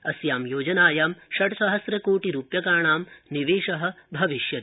अस्यां योजनायां षट् सहम्र कोटि रूप्यकणां निवेश भविष्यति